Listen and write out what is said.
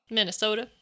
Minnesota